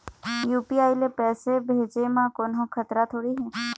UPI ले पैसे भेजे म कोन्हो खतरा थोड़ी हे?